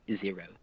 zero